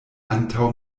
antaŭ